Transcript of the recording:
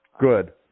Good